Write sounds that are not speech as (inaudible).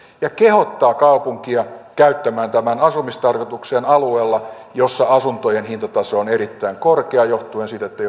ja kehottaa kaupunkia käyttämään tämän asumistarkoitukseen alueella jolla asuntojen hintataso on erittäin korkea johtuen siitä että (unintelligible)